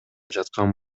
жаткан